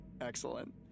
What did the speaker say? Excellent